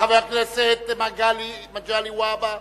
חבר הכנסת מגלי והבה,